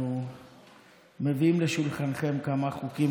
אדוני יושב-ראש הכנסת, כנסת